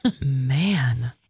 man